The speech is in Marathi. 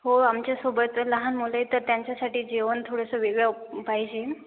हो आमच्यासोबत लहान मूल आहे तर त्यांच्यासाठी जेवण थोडंसं वेगळं पाहिजे